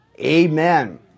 Amen